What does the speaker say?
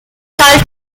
has